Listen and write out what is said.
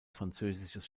französisches